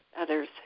others